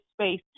space